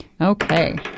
Okay